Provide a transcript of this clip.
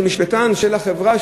של משפטן של החברה,